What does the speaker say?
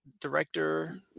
director